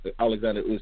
Alexander